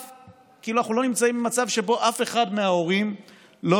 כאילו אנחנו לא נמצאים במצב שבו אף אחד מההורים לא